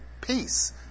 peace